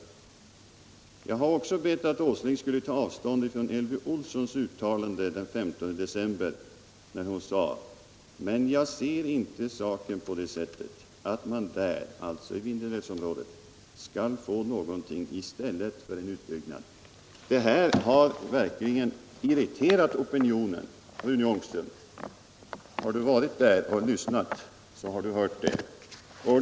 Jag har också bett att Nils Åsling skulle ta avstånd från Elvy Olssons uttalande den 15 december 1977, när hon sade: ”Men jag ser inte saken på det sättet att man där” — alltså i Vindelälvsområdet — ”skall få någonting i stället för en utbyggnad.” Detta har verkligen irriterat opinionen; har Rune Ångström varit där och lyssnat, så har han hört det.